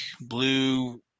blue